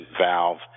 valve